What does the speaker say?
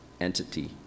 entity